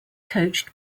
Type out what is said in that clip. coached